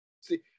See